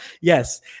Yes